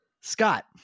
Scott